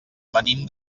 venim